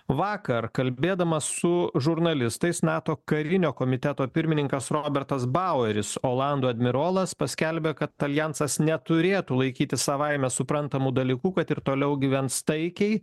vakar kalbėdamas su žurnalistais nato karinio komiteto pirmininkas robertas baueris olandų admirolas paskelbė kad aljansas neturėtų laikyti savaime suprantamu dalyku kad ir toliau gyvens taikiai